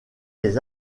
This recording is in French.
les